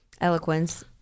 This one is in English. eloquence